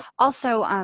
also,